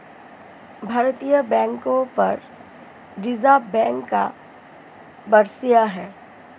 भारतीय बैंकों पर रिजर्व बैंक का वर्चस्व है